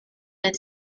and